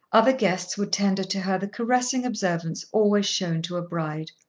other guests would tender to her the caressing observance always shown to a bride.